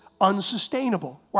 unsustainable